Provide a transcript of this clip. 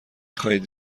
خواهید